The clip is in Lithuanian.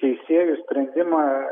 teisėjų sprendimą